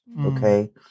Okay